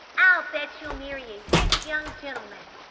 i'll bet you'll marry a rich young gentleman.